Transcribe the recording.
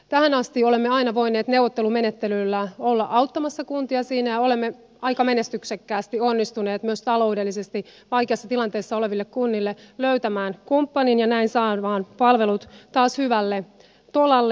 tähän asti olemme aina voineet neuvottelumenettelyllä olla auttamassa kuntia siinä ja olemme aika menestyksekkäästi onnistuneet myös taloudellisesti vaikeassa tilanteessa oleville kunnille löytämään kumppanin ja näin saamaan palvelut taas hyvälle tolalle